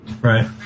Right